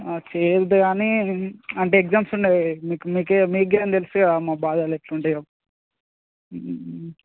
చేయవద్దు కానీ అంటే ఎగ్జామ్స్ ఉండవు మీకు మీకు కానీ తెలుసు కదా మా బాధలు ఎట్లా ఉంటాయో